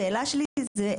השאלה שלי זה,